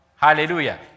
Hallelujah